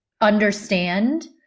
understand